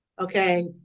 Okay